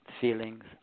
feelings